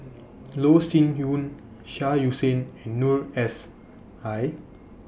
Loh Sin Yun Shah Hussain and Noor S I